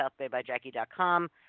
southbaybyjackie.com